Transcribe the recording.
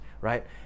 right